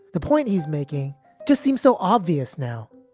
the point he's making just seems so obvious now.